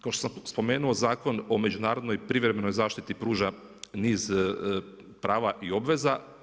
Kao što sam spomenuo zakon o međunarodnoj privremenoj zaštiti pruža niz prava i obveza.